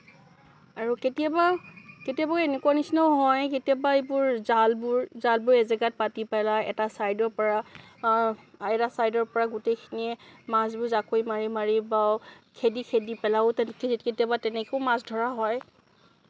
আৰু কেতিয়াবা কেতিয়াবা এনেকুৱা নিচিনাও হয় কেতিয়াবা এইবোৰ জালবোৰ জালবোৰ এজেগাত পাতি পেলাই এটা চাইডৰ পৰা এটা চাইডৰ পৰা গোটেইখিনিয়ে মাছবোৰ জাকৈ মাৰি মাৰি খেদি খেদি পেলাইও কেতিয়াবা তেনেকেও মাছ ধৰা হয়